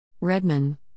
Redman